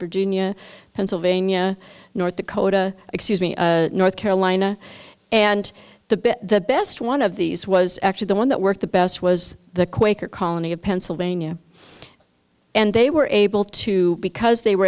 virginia pennsylvania north dakota excuse me north carolina and the best one of these was actually the one that worked the best was the quaker colony of pennsylvania and they were able to because they were